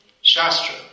Shastra